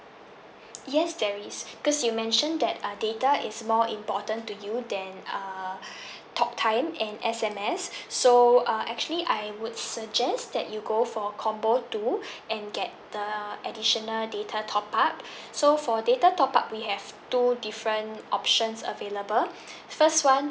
yes there is cause you mention that uh data is more important to you then err talk time and S_M_S so uh actually I would suggest that you go for combo two and get the additional data top up so for data top up we have two different options available first one